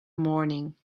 morning